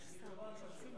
אני תורן פשוט,